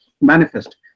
manifest